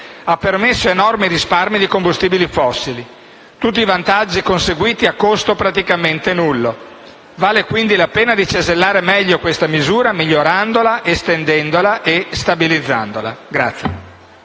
ha permesso enormi risparmi di combustibili fossili: tutti vantaggi conseguiti a costo praticamente nullo. Vale quindi la pena di cesellare meglio questa misura, migliorandola, estendendola e stabilizzandola.